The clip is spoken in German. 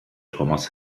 thomas